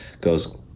goes